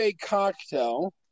cocktail